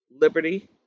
liberty